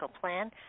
plan